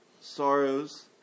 sorrows